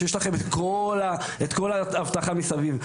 שיש לכם את כל האבטחה מסביב.